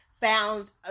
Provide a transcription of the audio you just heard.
found